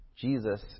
Jesus